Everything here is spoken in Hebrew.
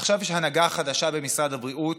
עכשיו יש הנהגה חדשה במשרד הבריאות,